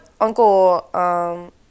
Uncle